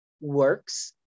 works